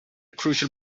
crucial